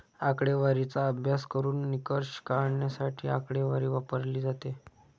आकडेवारीचा अभ्यास करून निष्कर्ष काढण्यासाठी आकडेवारी वापरली जाते